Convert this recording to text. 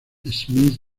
smith